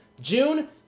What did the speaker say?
June